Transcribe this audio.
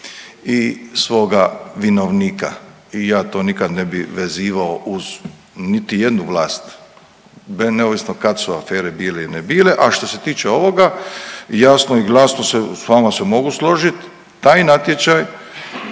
i svoga vinovnika i ja to nikada ne bih vezivao uz niti jednu vlast neovisno kad su afere bile ili ne bile. A što se tiče ovoga jasno i glasno se s vama se mogu složiti. Taj natječaj